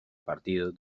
partido